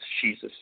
Jesus